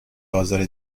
آزار